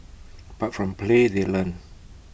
but from play they learn